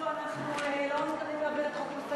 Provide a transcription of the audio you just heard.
שמענו פה הסתייגויות רבות של חברי האופוזיציה,